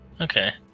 Okay